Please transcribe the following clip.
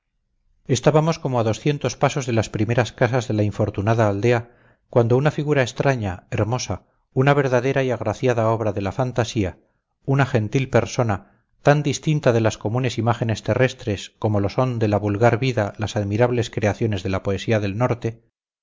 estábamos como a doscientos pasos de las primeras casas de la infortunada aldea cuando una figura extraña hermosa una verdadera y agraciada obra de la fantasía una gentil persona tan distinta de las comunes imágenes terrestres como lo son de la vulgar vida las admirables creaciones de la poesía del norte